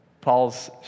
Paul's